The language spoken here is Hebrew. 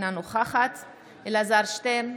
אינה נוכחת אלעזר שטרן,